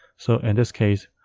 so in this case,